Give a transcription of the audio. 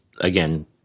again